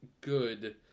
good